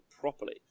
properly